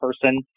person